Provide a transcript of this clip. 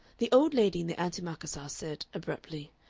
the old lady in the antimacassar said, abruptly,